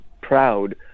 proud